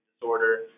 disorder